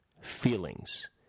Feelings